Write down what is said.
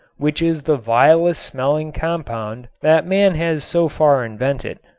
which is the vilest smelling compound that man has so far invented.